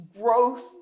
gross